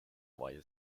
via